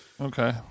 Okay